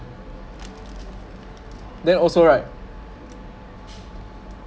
then also right